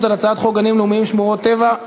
על הצעת חוק גנים לאומיים שמורות טבע,